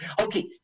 okay